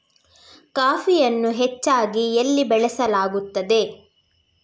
ಕಾಫಿಯನ್ನು ಹೆಚ್ಚಾಗಿ ಎಲ್ಲಿ ಬೆಳಸಲಾಗುತ್ತದೆ?